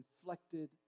inflected